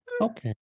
Okay